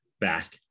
back